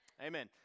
Amen